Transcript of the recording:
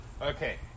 Okay